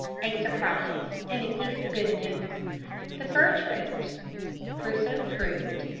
a surprise and a piece of good news the fur-traders crusoe proved,